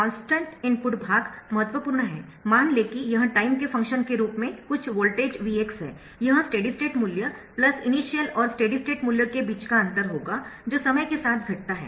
constant input भाग महत्वपूर्ण है मान लें कि यह टाइम के फंक्शन के रूप में कुछ वोल्टेज Vx है यह स्टेडी स्टेट मूल्य इनिशियल और स्टेडी स्टेट मूल्यों के बीच का अंतर होगा जो समय के साथ घटता है